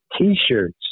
T-shirts